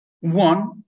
One